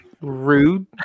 Rude